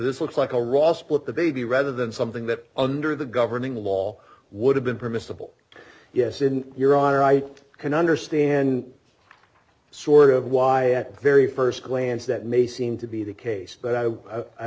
this looks like a raw split the baby rather than something that under the governing law would have been permissible yes in your honor i can understand sort of why at the very st glance that may seem to be the case but i